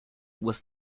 was